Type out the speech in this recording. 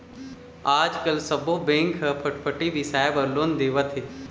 आजकाल सब्बो बेंक ह फटफटी बिसाए बर लोन देवत हे